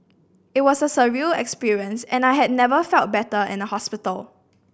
it was a surreal experience and I had never felt better in a hospital